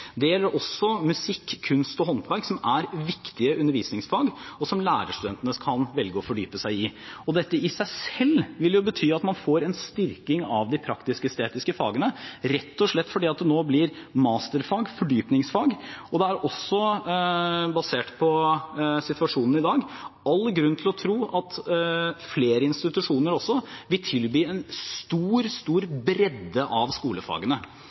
Det gjelder også musikk og kunst og håndverk, som er viktige undervisningsfag og som lærerstudentene kan velge å fordype seg i. Dette i seg selv vil jo bety at man får en styrking av de praktisk-estetiske fagene, rett og slett fordi de nå blir masterfag og fordypningsfag. Det er også basert på situasjonen i dag all grunn til å tro at flere institusjoner også vil tilby en stor, stor bredde av skolefagene.